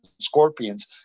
scorpions